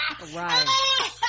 Right